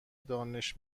دانش